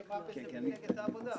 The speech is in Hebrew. אשמה בכך מפלגת העבודה...